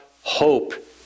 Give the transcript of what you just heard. hope